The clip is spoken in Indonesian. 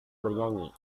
bernyanyi